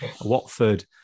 Watford